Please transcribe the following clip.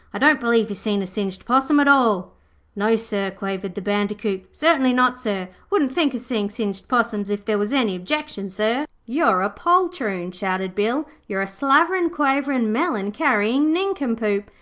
i don't believe he's seen a singed possum at all no, sir quavered the bandicoot. certainly not, sir. wouldn't think of seeing singed possums if there was any objection, sir you're a poltroon shouted bill. you're a slaverin, quaverin', melon-carryin' nincompoop.